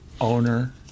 owner